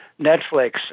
Netflix